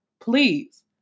please